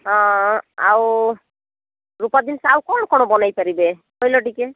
ହଁ ଆଉ ରୂପା ଜିନିଷ ଆଉ କ'ଣ କ'ଣ ବନେଇ ପାରିବେ କହିଲ ଟିକେ